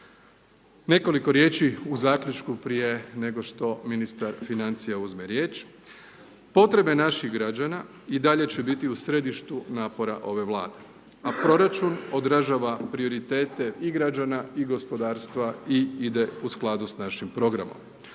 Nekoliko riječi u zaključku prije nego što ministar financija uzme riječ. Potrebe naših građana i dalje će biti u središtu napora ove Vlade, a proračun odražava prioritete i građana i gospodarstva i ide u skladu sa našim programom.